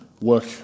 work